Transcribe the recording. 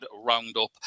roundup